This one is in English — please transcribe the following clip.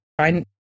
Find